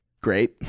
great